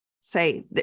say